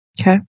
Okay